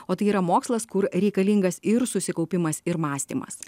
o tai yra mokslas kur reikalingas ir susikaupimas ir mąstymas